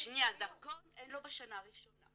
דרכון אין לו בשנה הראשונה.